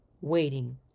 waiting